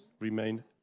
remain